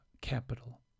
capital